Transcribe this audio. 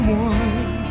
one